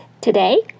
today